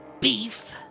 beef